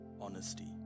honesty